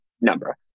number